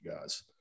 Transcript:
guys